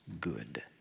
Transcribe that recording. good